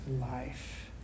life